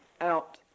out